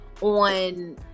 on